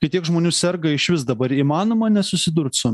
kai tiek žmonių serga išvis dabar įmanoma nesusidurt su